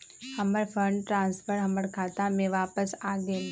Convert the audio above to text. हमर fund transfer हमर खाता में वापस आ गेल